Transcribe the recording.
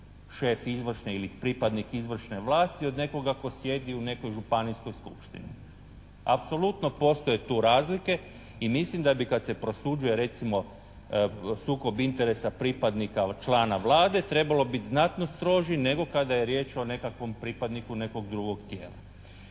šef izvršne ili pripadnik izvršne vlasti od nekoga tko sjedi u nekoj županijskoj skupštini. Apsolutno postoje tu razlike i mislim da bi kad se prosuđuje recimo sukob interesa pripadnika člana Vlade trebalo biti znatno stroži nego kada je riječ o nekakvom pripadniku nekog drugog tijela.